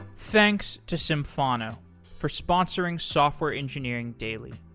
thanks to symphono for sponsoring software engineering daily.